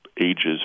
ages